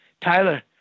Tyler